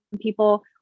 people